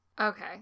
Okay